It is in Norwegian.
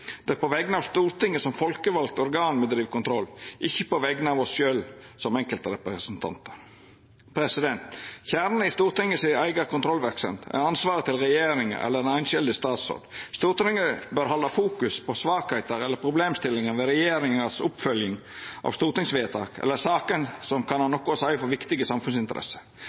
Det er på vegner av Stortinget som folkevald organ me driv kontroll – ikkje på vegner av oss sjølve som enkeltrepresentantar. Kjernen i Stortinget si eiga kontrollverksemd er ansvaret til regjeringa eller den einskilde statsråden. Stortinget bør halda fokus på svakheiter eller problemstillingar ved regjeringa si oppfølging av stortingsvedtak eller saker som kan ha noko å seia for viktige samfunnsinteresser.